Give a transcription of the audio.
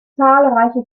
zahlreiche